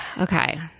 Okay